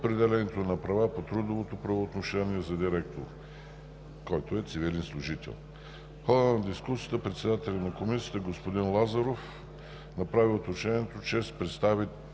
определянето на права по трудовото правоотношение за директор, който е цивилен служител. В хода на дискусията председателят на Комисията господин Лазаров направи уточнението с представителите